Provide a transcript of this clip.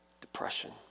Depression